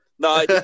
No